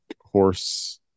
horse